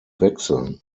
wechseln